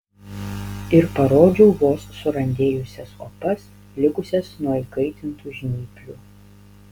ir parodžiau vos surandėjusias opas likusias nuo įkaitintų žnyplių